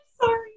sorry